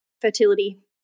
fertility